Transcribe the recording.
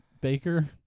Baker